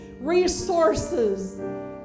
resources